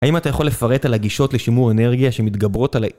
האם אתה יכול לפרט על הגישות לשימור אנרגיה שמתגברות על ה...